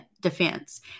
defense